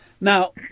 Now